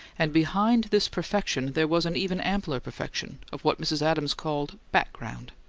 and behind this perfection there was an even ampler perfection of what mrs. adams called background.